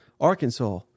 Arkansas